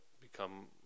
become